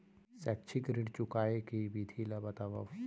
शैक्षिक ऋण चुकाए के विधि ला बतावव